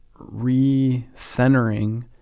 recentering